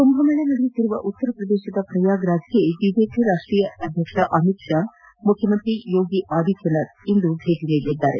ಕುಂಭಮೇಳ ನಡೆಯುತ್ತಿರುವ ಉತ್ತರ ಪ್ರದೇಶದ ಪ್ರಯಾಗ್ ರಾಜ್ಗೆ ಬಿಜೆಪಿ ರಾಷ್ಟೀಯ ಅಧ್ಯಕ್ಷ ಅಮಿತ್ ಶಾ ಮುಖ್ಯಮಂತ್ರಿ ಯೋಗಿ ಆದಿತ್ಯನಾಥ್ ಇಂದು ಭೇಟಿ ನೀಡಲಿದ್ದಾರೆ